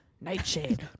Nightshade